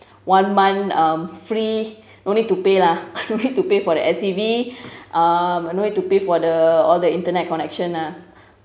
one month um free no need to pay lah no need to pay for the S_C_V um no need to pay for the all the internet connection ah